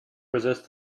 resist